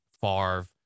Favre